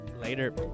Later